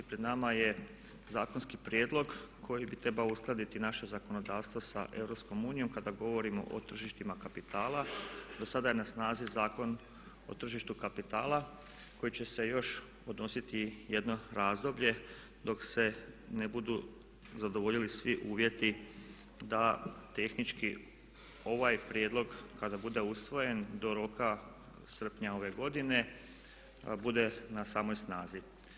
Pred nama je zakonski prijedlog koji bi trebao uskladiti naše zakonodavstvo sa EU kada govorimo o tržištima kapitala do sada je na snazi Zakon o tržištu kapitala koji će se još odnositi jedno razdoblje dok se ne budu zadovoljili svi uvjeti da tehnički ovaj prijedlog kada bude usvojen do roka srpnja ove godine bude na samoj snazi.